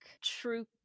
true